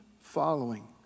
following